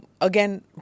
again